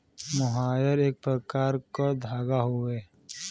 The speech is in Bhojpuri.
मोहायर एक प्रकार क धागा हउवे